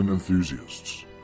enthusiasts